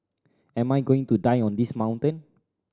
am I going to die on this mountain